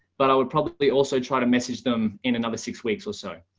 but i would probably also try to message them in another six weeks or so.